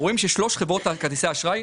רואים ששלוש חברות כרטיסי האשראי,